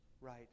Right